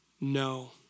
No